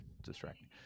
distracting